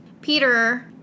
Peter